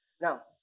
Now